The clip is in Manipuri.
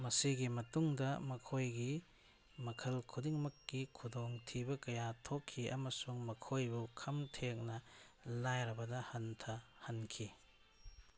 ꯃꯁꯤꯒꯤ ꯃꯇꯨꯡꯗ ꯃꯈꯣꯏꯒꯤ ꯃꯈꯜ ꯈꯨꯗꯤꯡꯃꯛꯀꯤ ꯈꯨꯗꯣꯡ ꯊꯤꯕ ꯀꯌꯥ ꯊꯣꯛꯈꯤ ꯑꯃꯁꯨꯡ ꯃꯈꯣꯏꯕꯨ ꯈꯝ ꯇꯦꯡꯅ ꯂꯥꯏꯔꯕꯗ ꯍꯟꯊꯍꯟꯈꯤ